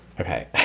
Okay